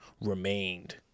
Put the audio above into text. remained